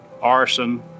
arson